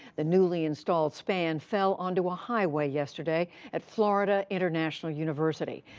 the newly-installed span fell onto a highway yesterday at florida international university.